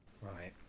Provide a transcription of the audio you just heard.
Right